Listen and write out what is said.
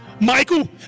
Michael